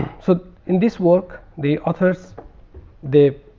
so in this work the authors they